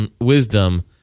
wisdom